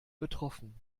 betroffen